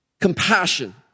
compassion